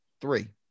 three